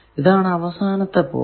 ഇതാണ് അവസാനത്തെ പോർട്ട്